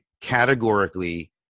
categorically